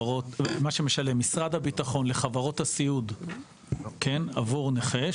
שמשלם משרד הביטחון לחברות הסיעוד עבור נכה,